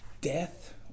Death